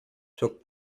took